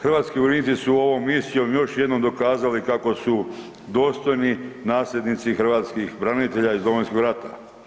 Hrvatski vojnici su ovom misijom još jednom dokazali kako su dostojni nasljednici hrvatskih branitelja iz Domovinskog rata.